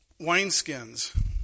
wineskins